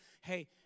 hey